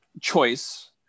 choice